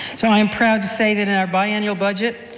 so i am proud to say that and our biennial budget,